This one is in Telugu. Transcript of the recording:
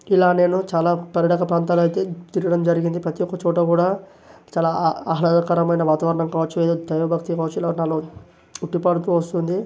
ఇలా నేను చాలా పర్యాటక ప్రాంతాలైతే తిరగడం జరిగింది ప్రతీ ఒక్క చోటు కూడా చాలా ఆహ్లాదకరమైన వాతావరణం కావచ్చు ఏదైతే దైవ భక్తి కావచ్చు నాలో ఉట్టిపడుతూ వస్తుంది